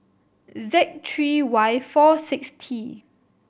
Z three Y four six T